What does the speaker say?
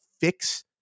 fix